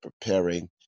preparing